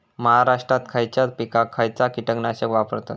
महाराष्ट्रात खयच्या पिकाक खयचा कीटकनाशक वापरतत?